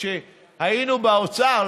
כאשר היינו באוצר,